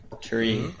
tree